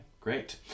great